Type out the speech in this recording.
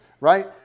right